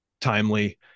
timely